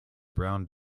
brown